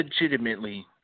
legitimately